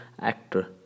actor